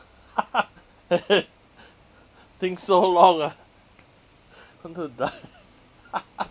think so long ah going to die